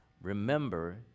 remember